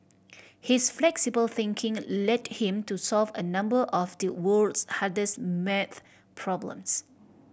his flexible thinking led him to solve a number of the world's hardest math problems